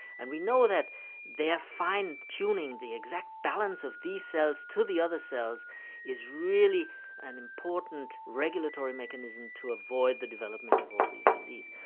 and we know that their fine-tuning the exact balance of these cells to the other cells is really an important regulatory mechanism to avoid the development of all these diseases.